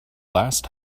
last